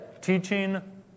teaching